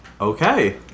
Okay